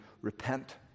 repent